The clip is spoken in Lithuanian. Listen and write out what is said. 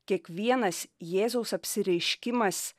kiekvienas jėzaus apsireiškimas